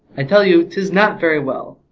i tell you tis not very well.